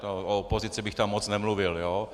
O opozici bych tam moc nemluvil, jo?